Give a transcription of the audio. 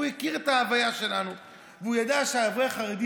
והוא הכיר את ההוויה שלנו והוא ידע שאברך חרדי